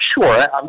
Sure